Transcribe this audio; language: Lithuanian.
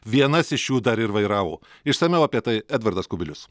vienas iš jų dar ir vairavo išsamiau apie tai edvardas kubilius